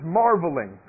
marveling